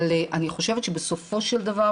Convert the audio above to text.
אבל אני חושבת שבסופו של דבר,